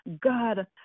God